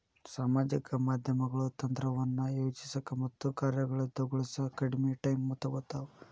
ಸಾಮಾಜಿಕ ಮಾಧ್ಯಮಗಳು ತಂತ್ರವನ್ನ ಯೋಜಿಸೋಕ ಮತ್ತ ಕಾರ್ಯಗತಗೊಳಿಸೋಕ ಕಡ್ಮಿ ಟೈಮ್ ತೊಗೊತಾವ